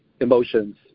emotions